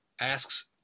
asks